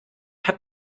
hat